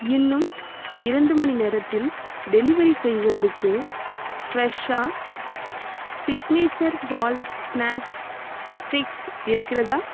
இன்னும் இரண்டு மணி நேரத்தில் டெலிவெரி செய்வதற்கு ஃப்ரெஷ்ஷா ஸிக்னேச்சர் பாலக் ஸ்நாக்ஸ் ஸ்டிக்ஸ் இருக்கிறதா